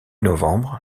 novembre